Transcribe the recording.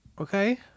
Okay